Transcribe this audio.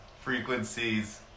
frequencies